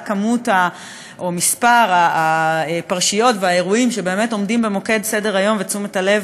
רק מספר הפרשיות והאירועים שבאמת עומדים במוקד סדר-היום ותשומת הלב